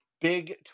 big